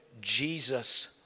Jesus